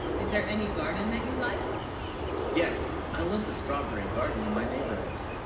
is there any garden that you like yes i love the strawberry garden in my neighborhood